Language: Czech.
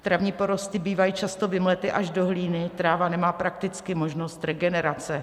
Travní porosty bývají často vymlety až do hlíny, tráva nemá prakticky možnost regenerace.